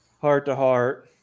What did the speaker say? heart-to-heart